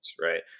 right